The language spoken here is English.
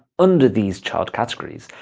under these child categories,